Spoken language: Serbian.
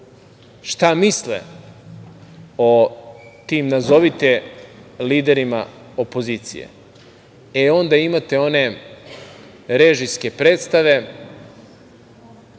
šta misle o tim, nazovite liderima opozicije, e onda imate one režijske predstave,